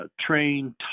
trained